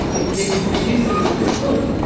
the executive producer is chris bullock,